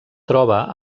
troba